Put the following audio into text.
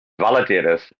validators